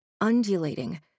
undulating